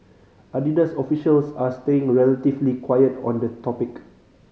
Adidas officials are staying relatively quiet on the topic